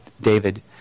David